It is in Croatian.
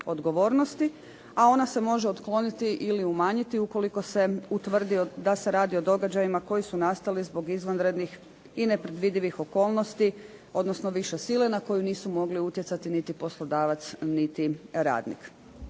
odgovornosti a ona se može otkloniti ili umanjiti ukoliko se utvrdi da se radi o događajima koji su nastali zbog izvanrednih i nepredvidivih okolnosti odnosno više sile na koju nisu mogli utjecati niti poslodavac niti radnik.